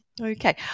Okay